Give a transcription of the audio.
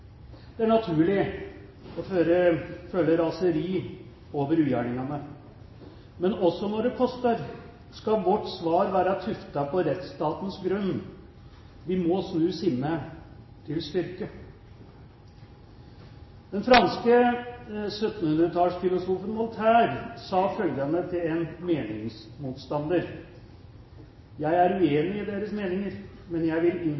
Det er naturlig å føle raseri over ugjerningene. Men også når det koster, skal vårt svar være tuftet på rettsstatens grunn. Vi må snu sinne til styrke. Den franske 1700-tallsfilosofen Voltaire sa følgende til en meningsmotstander: Jeg er uenig i Deres meninger, men jeg vil